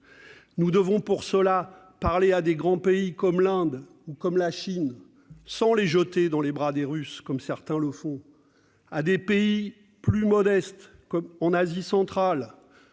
Nous devons pour cela parler à de grands pays comme l'Inde, comme la Chine- sans les jeter dans les bras des Russes, comme certains le font -, à des pays plus modestes, en Asie centrale,